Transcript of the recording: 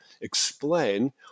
explain